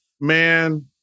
man